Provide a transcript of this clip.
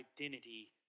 identity